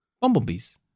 bumblebees